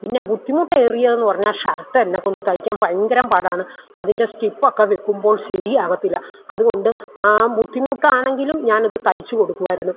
പിന്നെ ബുദ്ധിമുട്ടേറിയതെന്ന് പറഞ്ഞാൽ ഷർട്ടെന്നെ കൊണ്ട് തയ്ക്കാൻ ഭയങ്കര പാടാണ് അതിൻ്റെ സ്റ്റിപ്പൊക്കെ വെക്കുമ്പോൾ ശരിയാവത്തില്ല അതുകൊണ്ട് ബുദ്ധിമുട്ടാണെങ്കിലും ഞാനത് തയ്ച്ച് കൊടുക്കുമായിരുന്നു